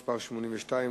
מס' 82,